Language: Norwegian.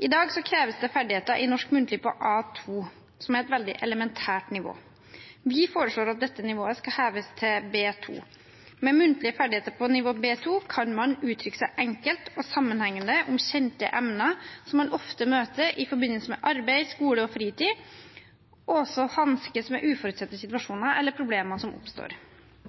I dag kreves det ferdigheter i norsk muntlig på nivå A2, som er et veldig elementært nivå. Vi foreslår at dette nivået skal heves til B2. Med muntlige ferdigheter på nivå B2 kan man uttrykke seg enkelt og sammenhengende om kjente emner som man ofte møter i forbindelse med arbeid, skole og fritid, og også hanskes med uforutsette situasjoner eller problemer som oppstår.